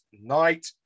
Night